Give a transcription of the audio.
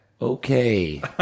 Okay